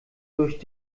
durch